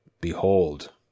Behold